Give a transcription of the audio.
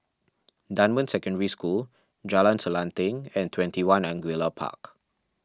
Dunman Secondary School Jalan Selanting and twenty one Angullia Park